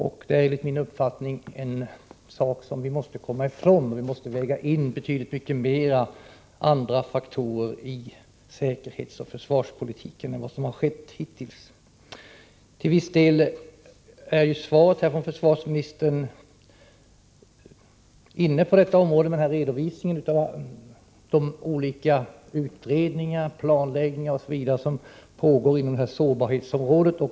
Det är enligt min uppfattning en sak som vi måste komma ifrån. Vi måste väga in betydligt mycket fler andra faktorer i säkerhetsoch försvarspolitiken än som hittills har skett. Till viss del är svaret från försvarsministern inne på detta område genom redovisningen av de olika utredningar, planläggningar osv. som pågår inom sårbarhetsområdet.